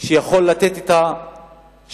שיכול לתת את השירות